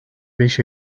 beş